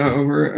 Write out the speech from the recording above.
over